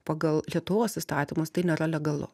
pagal lietuvos įstatymus tai nėra legalu